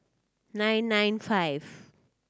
nine nine five